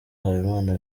habimana